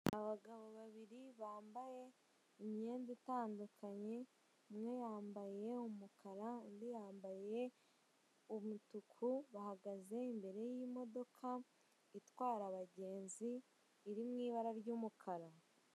Abagabo babiri bambaye imyenda itandukanye, umwe yambaye umukara, undi yambaye umutuku, bahagaze imbere y'imodoka itwara abagenzi, iri mu ibara ry'umukara.